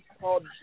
called